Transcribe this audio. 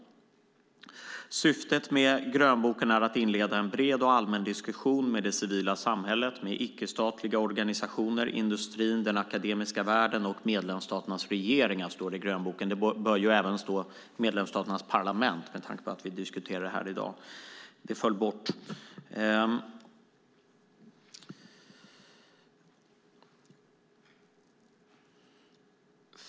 Syftet med grönboken är att inleda en bred och allmän diskussion med det civila samhället, icke-statliga organisationer, industrin, den akademiska världen och medlemsstaternas regeringar, står det i grönboken. Det bör även stå medlemsstaternas parlament, med tanke på att vi diskuterar detta här i dag. Det föll bort.